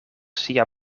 sia